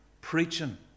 preaching